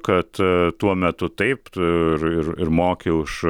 kad tuo metu taip tu ir ir moki už